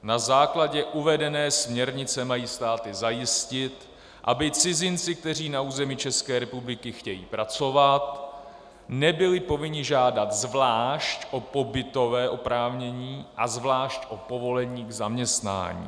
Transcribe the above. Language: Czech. Na základě uvedené směrnice mají státy zajistit, aby cizinci, kteří na území České republiky chtějí pracovat, nebyli povinni žádat zvlášť o pobytové oprávnění a zvlášť o povolení k zaměstnání.